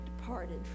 departed